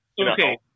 Okay